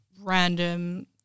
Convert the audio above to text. random